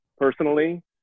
personally